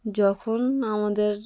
যখন আমাদের